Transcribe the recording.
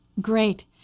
Great